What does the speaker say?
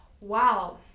Wow